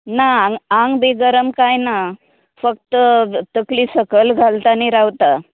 ना आंग आंग बी गरम कांय ना फक्त तकली सकयल घालता आनी रावता